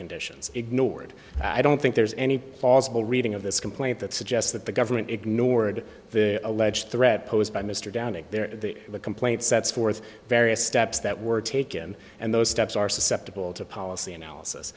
conditions ignored i don't think there's any possible reading of this complaint that suggests that the government ignored the alleged threat posed by mr downing their complaint sets forth various steps that were taken and those steps are susceptible to policy analysis